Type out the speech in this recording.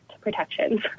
protections